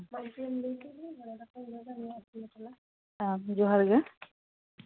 ᱡᱚᱦᱟᱨ ᱜᱮ